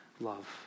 love